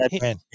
man